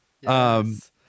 Yes